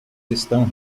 estão